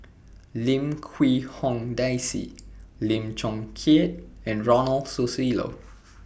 Lim Quee Hong Daisy Lim Chong Keat and Ronald Susilo